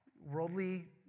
worldly